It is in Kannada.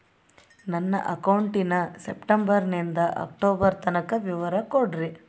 ನನ್ನ ಅಕೌಂಟಿನ ಸೆಪ್ಟೆಂಬರನಿಂದ ಅಕ್ಟೋಬರ್ ತನಕ ವಿವರ ಕೊಡ್ರಿ?